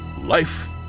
Life